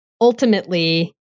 ultimately